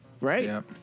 right